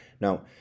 now